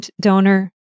donor